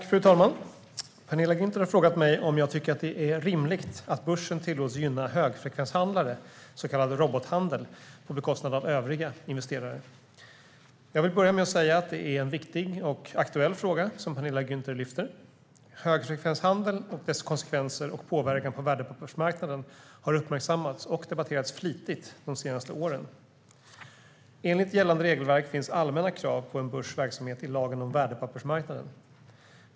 Fru talman! Penilla Gunther har frågat mig om jag tycker att det är rimligt att börsen tillåts gynna högfrekvenshandlare, så kallad robothandel, på bekostnad av övriga investerare. Jag vill börja med att säga att det är en viktig och aktuell fråga som Penilla Gunther lyfter. Högfrekvenshandel och dess konsekvenser och påverkan på värdepappersmarknaden har uppmärksammats och debatterats flitigt de senaste åren. Enligt gällande regelverk finns allmänna krav på en börs verksamhet i lagen om värdepappersmarknaden.